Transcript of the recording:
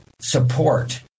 support